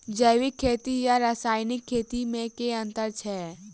जैविक खेती आ रासायनिक खेती मे केँ अंतर छै?